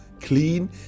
clean